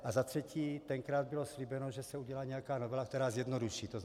A za třetí, tenkrát bylo slíbeno, že se udělá nějaká novela, která to zjednoduší.